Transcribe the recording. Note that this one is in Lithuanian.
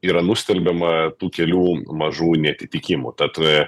yra nustelbiama tų kelių mažų neatitikimų tat